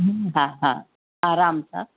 हा हा आराम सां